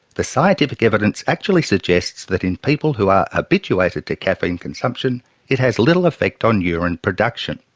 the scientific evidence actually suggests that in people who are habituated to caffeine consumption it has little effect on urine production.